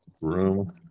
room